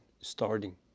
starting